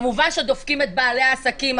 כמובן דופקים את בעלי העסקים.